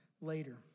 later